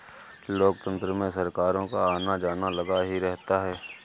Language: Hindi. लोकतंत्र में सरकारों का आना जाना लगा ही रहता है